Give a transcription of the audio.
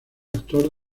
actor